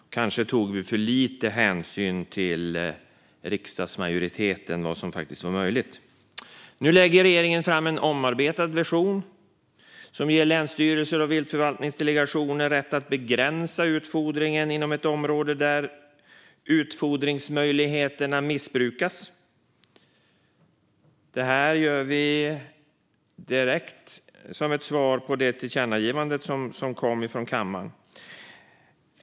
Kanske tog vi för lite hänsyn till riksdagsmajoriteten än vad som faktiskt var möjligt. Nu lägger regeringen fram en omarbetad version som ger länsstyrelser och viltförvaltningsdelegationer rätt att begränsa utfodringen inom ett område där utfodringsmöjligheterna missbrukas. Detta gör vi direkt som ett svar på det tillkännagivande som har kommit.